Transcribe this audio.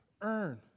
earn